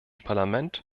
parlament